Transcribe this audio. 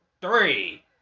three